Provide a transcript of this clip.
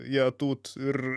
ja tut ir